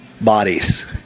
bodies